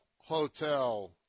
Hotel